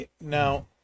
now